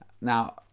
now